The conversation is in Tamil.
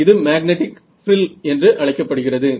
இது மேக்னெட்டிக் ஃப்ரில் என்று அழைக்கப்படுகிறது